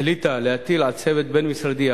החליטה להטיל על צוות בין-משרדי,